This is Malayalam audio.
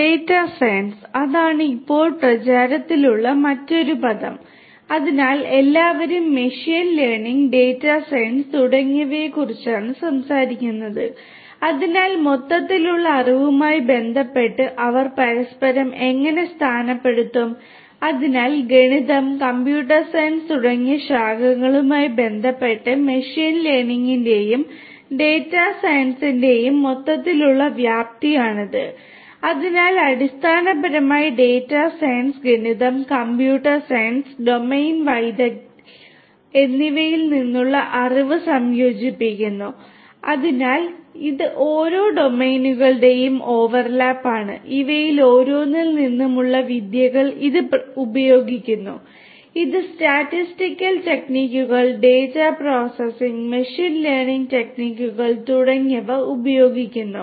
ഡാറ്റ സയൻസ് മെഷീൻ ലേണിംഗ് ടെക്നിക്കുകൾ തുടങ്ങിയവ ഉപയോഗിക്കുന്നു